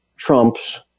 trumps